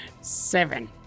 Seven